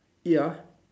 ya